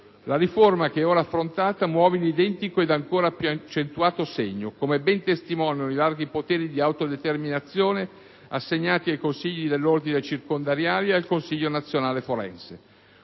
La riforma che è ora affrontata muove in identico ed ancora più accentuato segno, come ben testimoniano i larghi poteri di autodeterminazione assegnati ai consigli dell'ordine circondariali ed al Consiglio nazionale forense,